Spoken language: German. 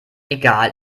egal